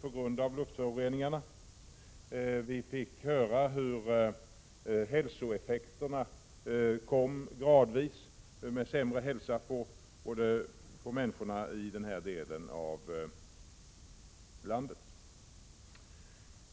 på grund av luftföroreningarna. Vi fick höra hur hälsoeffekterna kommer gradvis, med sämre hälsa bland människorna i denna del av landet.